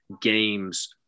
games